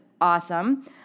awesome